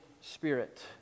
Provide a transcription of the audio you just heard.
Spirit